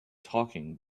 talking